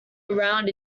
around